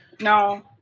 No